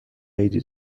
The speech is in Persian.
عیدی